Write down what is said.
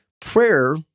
Prayer